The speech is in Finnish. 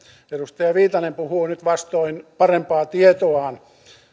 edustaja viitanen puhuu nyt vastoin parempaa tietoaan